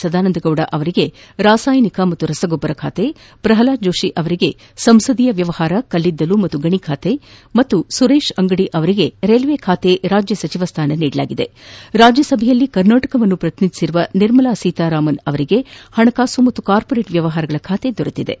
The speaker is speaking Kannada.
ಸದಾನಂದ ಗೌಡ ಅವರಿಗೆ ರಾಸಾಯನಿಕ ಮತ್ತು ರಸಗೊಬ್ಬರ ಖಾತೆ ಪ್ರಹ್ಲಾದ್ ಜೋಷಿ ಅವರಿಗೆ ಸಂಸದೀಯ ವ್ಯವಹಾರ ಕಲ್ಲಿದ್ದಲು ಮತ್ತು ಗಣಿ ಖಾತೆ ಮತ್ತು ಸುರೇಶ್ ಅಂಗಡಿ ಅವರಿಗೆ ರೈಲ್ವೆ ಖಾತೆ ರಾಜ್ಯ ಸಚಿವ ಸ್ಥಾನ ನೀಡಲಾಗಿದ್ದು ರಾಜ್ಯಸಭೆಯಲ್ಲಿ ಕರ್ನಾಟಕವನ್ನು ಪ್ರತಿನಿಧಿಸಿರುವ ನಿರ್ಮಲಾ ಸೀತಾರಾಮನ್ ಅವರಿಗೆ ಹಣಕಾಸು ಮತ್ತು ಕಾರ್ಪೊರೇಟ್ ವ್ಯವಹಾರಗಳ ಖಾತೆ ದೊರೆತಿದೆ